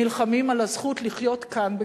נלחמים על הזכות לחיות כאן בכבוד,